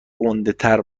گندهتر